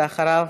ואחריו,